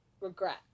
regret